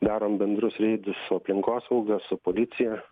darom bendrus reidus su aplinkosauga su policija